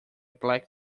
black